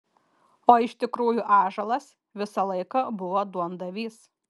o iš tikrųjų ąžuolas visą laiką buvo duondavys